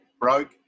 broke